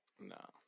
No